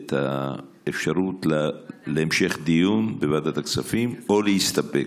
את האפשרות להמשך דיון בוועדת הכספים, או להסתפק,